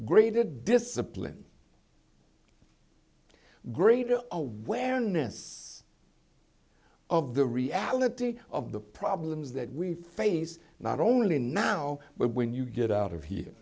greater discipline greater awareness of the reality of the problems that we face not only now but when you get out of here